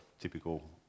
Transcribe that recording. typical